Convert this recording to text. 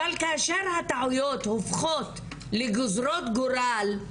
אבל כאשר הטעויות הופכות לגוזרות גורל,